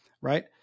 Right